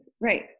Right